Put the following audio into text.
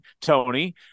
Tony